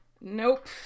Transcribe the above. Nope